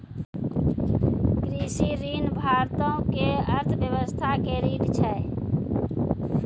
कृषि ऋण भारतो के अर्थव्यवस्था के रीढ़ छै